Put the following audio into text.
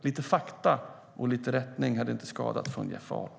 Lite fakta och lite rättning från Jeff Ahl hade alltså inte skadat.